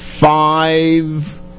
Five